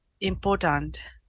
important